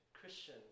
Christian